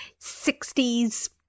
60s